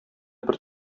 бер